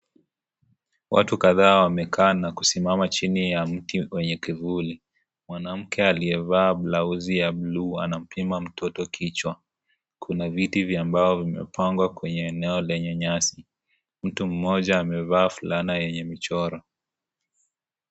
Watu kadhaa wamekaa na kusimama chini ya mti wenye kivuli, mwanamke aliyevaa blausi ya (cs)blue(cs), anampima mtoto kichwa, kuna viti vya mbao vimepangwa kwenye eneo lenye nyasi, mtu mmoja amevaa fulana yenye michoro.